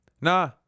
nah